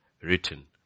written